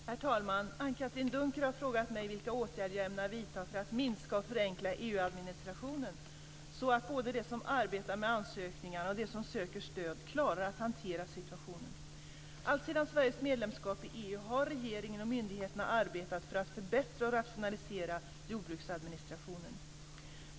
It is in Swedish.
Herr talman! Anne-Katrine Dunker har frågat mig vilka åtgärder jag ämnar vidta för att minska och förenkla EU-administrationen så att både de som arbetar med ansökningarna och de som söker stöd klarar av att hantera situationen. Alltsedan Sveriges medlemskap i EU har regeringen och myndigheterna arbetat för att förbättra och rationalisera jordbruksadministrationen.